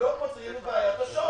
לא פותרים את הבעיה מהשורש.